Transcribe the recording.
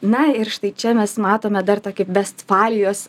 na ir štai čia mes matome dar tokį vestfalijos